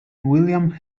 william